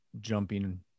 jumping